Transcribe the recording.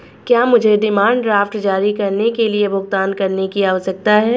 क्या मुझे demand draft जारी करने के लिए भुगतान करने की आवश्यकता है?